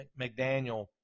mcdaniel